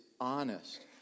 honest